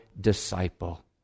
disciple